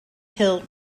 hill